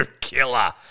killer